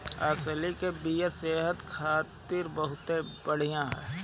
अलसी के बिया सेहत खातिर बहुते बढ़िया ह